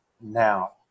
now